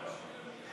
בעד.